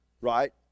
right